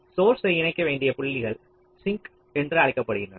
சோர்ஸ்யை இணைக்க வேண்டிய புள்ளிகள் சிங்க் என்று அழைக்கப்படுகின்றன